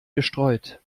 gestreut